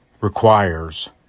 requires